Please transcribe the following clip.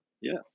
Yes